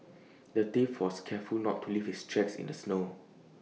the thief was careful to not leave his tracks in the snow